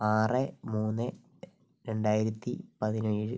ആറ് മൂന്ന് രണ്ടായിരത്തി പതിനേഴ്